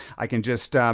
i can just,